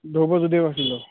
ধ্ৰুৱজ্য়োতিয়ে কৈছিলোঁ